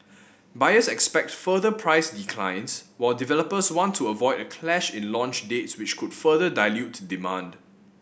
buyers expect further price declines while developers want to avoid a clash in launch dates which could further dilute demand